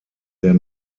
der